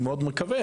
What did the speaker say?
אני מאוד מקווה,